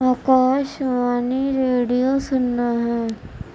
آکاش وانی radio سننا ہے